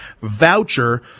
voucher